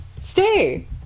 Stay